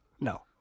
No